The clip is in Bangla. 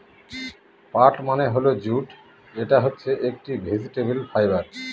পাট মানে হল জুট এটা হচ্ছে একটি ভেজিটেবল ফাইবার